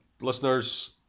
listeners